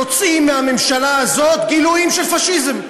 יוצאים מהממשלה הזאת גילויים של פאשיזם.